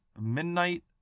midnight